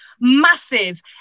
massive